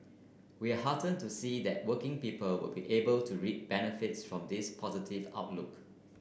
we are heartened to see that working people will be able to reap benefits from this positive our a look